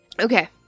Okay